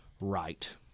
right—